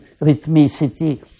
rhythmicity